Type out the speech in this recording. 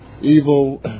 evil